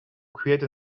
create